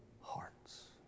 hearts